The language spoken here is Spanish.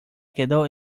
quedó